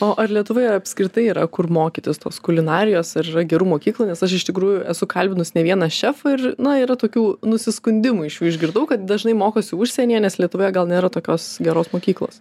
o ar lietuvoje apskritai yra kur mokytis tos kulinarijos ar yra gerų mokyklų nes aš iš tikrųjų esu kalbinus ne vieną šefą ir na yra tokių nusiskundimų iš jų išgirdau kad dažnai mokosi užsienyje nes lietuvoje gal nėra tokios geros mokyklos